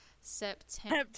September